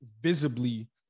visibly